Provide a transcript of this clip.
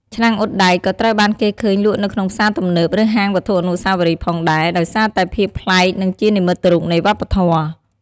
ឆ្នាំងអ៊ុតដែក ក៏ត្រូវបានគេឃើញលក់នៅក្នុងផ្សារទំនើប ឬហាងវត្ថុអនុស្សាវរីយ៍ផងដែរ ដោយសារតែភាពប្លែក និងជានិមិត្តរូបនៃវប្បធម៌។